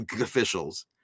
officials